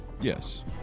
yes